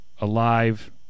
Alive